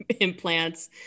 implants